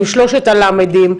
עם שלושת ה'למדים',